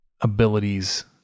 abilities